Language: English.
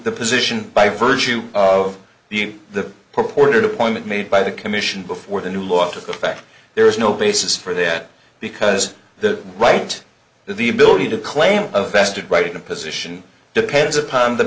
the position by virtue of the in the purported appointment made by the commission before the new law took effect there is no basis for that because the right the ability to claim a vested right in a position depends upon the